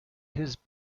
his